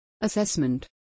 Assessment